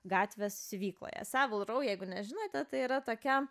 gatvės siuvykloje esą varau jeigu nežinote tai yra tokia